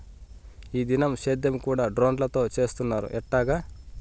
ఈ దినం సేద్యం కూడ డ్రోన్లతో చేస్తున్నారు ఎట్టాగా